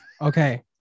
Okay